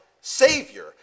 savior